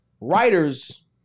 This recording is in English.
Writers